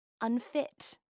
Unfit